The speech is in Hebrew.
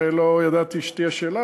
הרי לא ידעתי שתהיה שאלה,